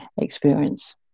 experience